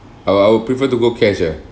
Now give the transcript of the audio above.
I'll I'll prefer to go cash ah